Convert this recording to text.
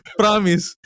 promise